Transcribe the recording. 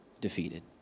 defeated